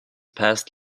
passed